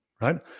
right